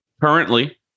currently